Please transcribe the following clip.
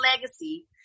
legacy